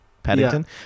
Paddington